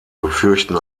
befürchten